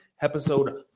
episode